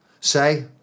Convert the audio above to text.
Say